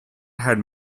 had